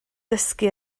dysgu